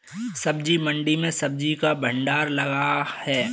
सब्जी मंडी में सब्जी का भंडार लगा है